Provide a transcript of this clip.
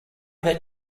that